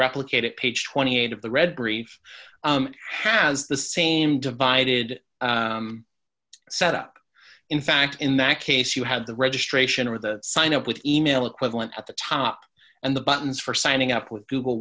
replicate it page twenty eight of the read brief has the same divided set up in fact in that case you have the registration with the sign up with email equivalent at the top and the buttons for signing up with